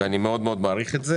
ואני מאוד מעריך את זה